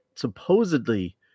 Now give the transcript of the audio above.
supposedly